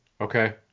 Okay